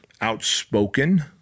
outspoken